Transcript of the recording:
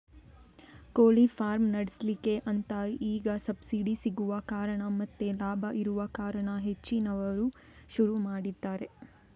ಕೋಳಿ ಫಾರ್ಮ್ ನಡೆಸ್ಲಿಕ್ಕೆ ಅಂತ ಈಗ ಸಬ್ಸಿಡಿ ಸಿಗುವ ಕಾರಣ ಮತ್ತೆ ಲಾಭ ಇರುವ ಕಾರಣ ಹೆಚ್ಚಿನವರು ಶುರು ಮಾಡಿದ್ದಾರೆ